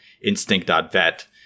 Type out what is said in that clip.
instinct.vet